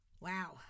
Wow